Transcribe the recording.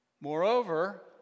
moreover